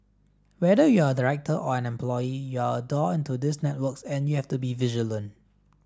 whether you're a director or an employee you're a door into those networks and you have to be vigilant